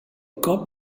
kop